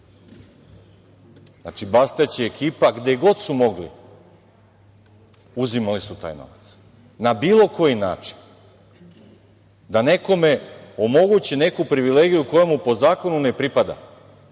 Znači, Bastać i ekipa, gde god su mogli, uzimali su taj novac na bilo koji način. Da nekome omoguće neku privilegiju koja mu po zakonu ne pripada